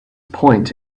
point